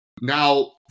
Now